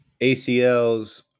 ACLs